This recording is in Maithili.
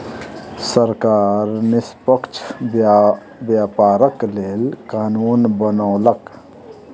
सरकार निष्पक्ष व्यापारक लेल कानून बनौलक